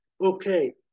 Okay